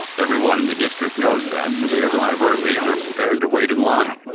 um everyone in the district knows that, so they arrive early and are prepared to wait in line.